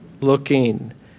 looking